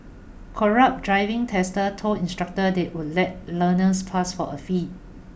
corrupt driving testers told instructors they would let learners pass for a fee